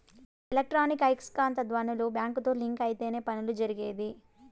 electronic ఐస్కాంత ధ్వనులు బ్యాంకుతో లింక్ అయితేనే పనులు జరిగేది